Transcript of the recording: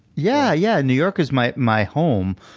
yeah yeah. new york is my my home,